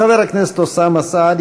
חבר הכנסת אוסאמה סעדי,